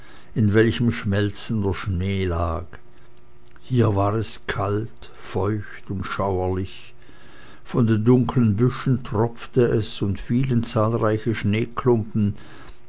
in welchem schmelzender schnee lag hier war es kalt feucht und schauerlich von den dunklen büschen tropfte es und fielen zahlreiche schneeklumpen